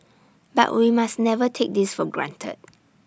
but we must never take this for granted